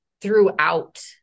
throughout